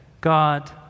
God